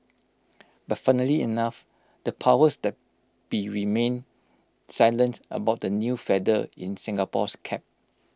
but funnily enough the powers that be remained silent about the new feather in Singapore's cap